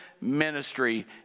Ministry